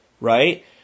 right